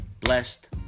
blessed